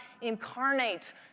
incarnates